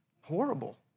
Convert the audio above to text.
horrible